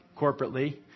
corporately